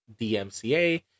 DMCA